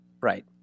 right